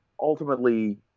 ultimately